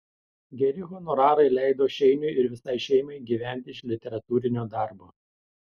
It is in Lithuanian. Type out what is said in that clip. geri honorarai leido šeiniui ir visai šeimai gyventi iš literatūrinio darbo